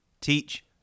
Teach